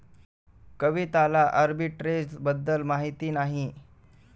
कविताला आर्बिट्रेजबद्दल माहिती नाही